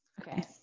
Okay